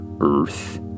Earth